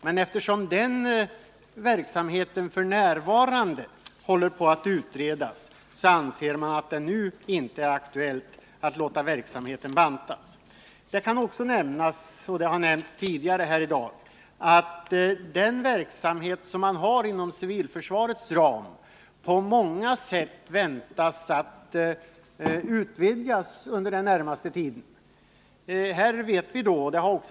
Men eftersom den verksamheten f. n. utreds anser civilförsvarsstyrelsen att det nu inte är aktuellt att banta verksamheten. Det kan också nämnas att den verksamhet som bedrivs inom civilförsvarets ram väntas bli utvidgad under den närmaste tiden.